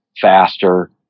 faster